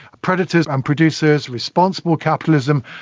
predators and producers, responsible capitalism,